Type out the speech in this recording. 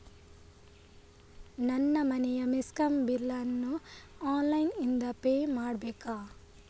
ನನ್ನ ಮನೆಯ ಮೆಸ್ಕಾಂ ಬಿಲ್ ಅನ್ನು ಆನ್ಲೈನ್ ಇಂದ ಪೇ ಮಾಡ್ಬೇಕಾ?